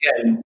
again